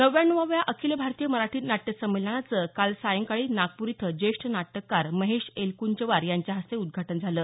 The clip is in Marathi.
नव्व्याण्णवाव्या अखिल भारतीय मराठी नाट्य संमेलनाचं काल सायंकाळी नागपूर इथं जेष्ठ नाटककार महेश एलकूंचवार यांच्या हस्ते उद्धाटन झालं